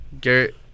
Garrett